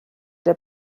der